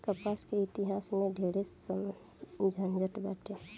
कपास के इतिहास में ढेरे झनझट बाटे